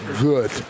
good